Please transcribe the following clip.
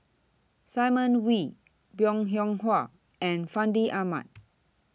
Simon Wee Bong Hiong Hwa and Fandi Ahmad